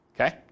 okay